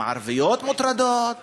גם ערביות מוטרדות,